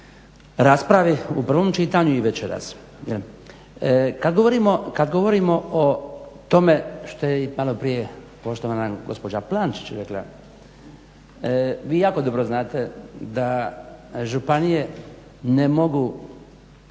u prvom čitanju i večeras. Kad govorimo o tome što je i malo prije poštovana gospođa Plančić rekla, vi jako dobro znate da županije ne mogu